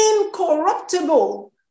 incorruptible